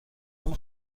اون